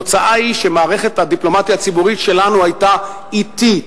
התוצאה היא שמערכת הדיפלומטיה הציבורית שלנו היתה אטית,